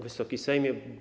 Wysoki Sejmie!